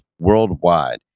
worldwide